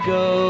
go